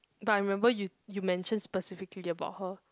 but I remember you you mention specifically about her